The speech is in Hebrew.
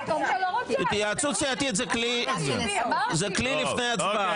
התייעצות סיעתית זה כלי לפני הצבעה.